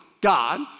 God